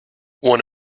one